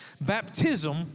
Baptism